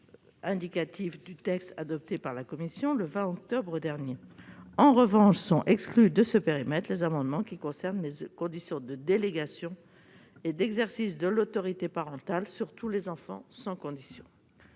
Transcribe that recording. le périmètre indicatif du texte adopté par notre commission le 20 octobre dernier. En revanche, sont exclus de ce périmètre les amendements portant sur les conditions de délégation et d'exercice de l'autorité parentale sur tous les enfants, sans condition.